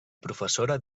professora